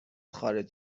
خارج